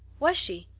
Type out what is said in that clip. was she?